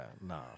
no